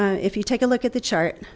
d if you take a look at the chart